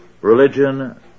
Religion